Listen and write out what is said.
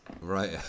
Right